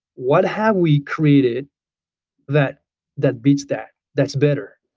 what have we created that that beats that, that's better?